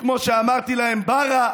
וכמו שאמרתי להם: ברא,